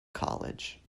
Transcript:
college